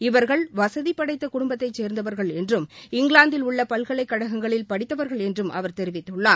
இவர்கள் வசதிபடைத்த குடும்பத்தை சேர்ந்தவர்கள் என்றும் இங்கிலாந்தில் உள்ள பல்கலைக்கழகங்களில் படித்தவர்கள் என்றும் அவர் தெரிவித்துள்ளார்